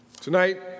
Tonight